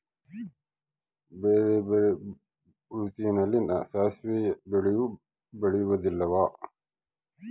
ಬೇರೆ ಬೇರೆ ಋತುವಿನಲ್ಲಿ ಸಾಸಿವೆ ಬೆಳೆಯುವುದಿಲ್ಲವಾ?